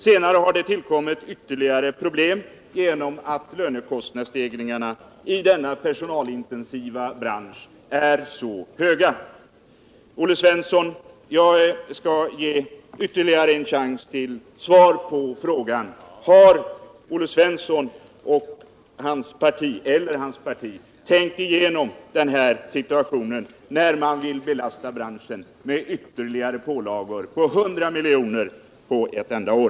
Senare har det tillkommit ytterligare problem genom att lönekostnadsstegringarna i denna personalintensiva bransch är så höga. Jag skall ge Olle Svensson ännu en chans till svar på frågan: Har Olle Svensson och hans parti tänkt igenom den här situationen när de vill belasta branschen med ytterligare pålagor om 100 miljoner på ett enda år?